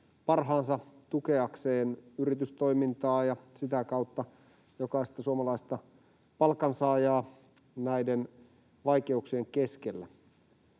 parhaansa tukeakseen yritystoimintaa ja sitä kautta jokaista suomalaista palkansaajaa näiden vaikeuksien keskellä.